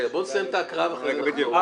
כי אחרת לא